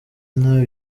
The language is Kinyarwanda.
nawe